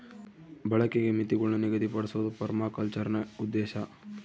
ಬಳಕೆಗೆ ಮಿತಿಗುಳ್ನ ನಿಗದಿಪಡ್ಸೋದು ಪರ್ಮಾಕಲ್ಚರ್ನ ಉದ್ದೇಶ